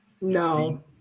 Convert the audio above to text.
No